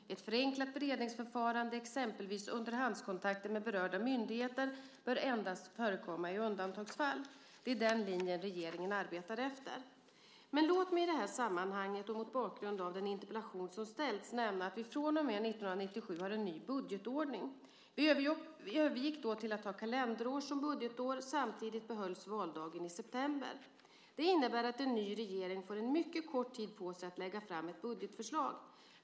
Ett förenklat beredningsförfarande, exempelvis underhandskontakter med berörda myndigheter, bör endast förekomma i undantagsfall. Det är denna linje som regeringen arbetar efter. Men låt mig i detta sammanhang och mot bakgrund av den interpellation som ställts nämna att vi från och med 1997 har en ny budgetordning. Vi övergick då till att ha kalenderår som budgetår. Samtidigt behölls valdagen i september. Det innebär att en ny regering får en mycket kort tid på sig att lägga fram ett budgetförslag.